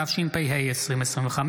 התשפ"ה 2025,